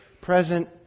present